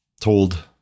told